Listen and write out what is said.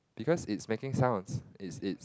because it's making sounds it's it's